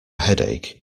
headache